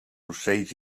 ocells